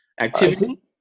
activity